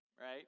right